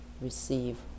receive